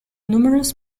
numerous